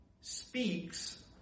speaks